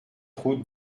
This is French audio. route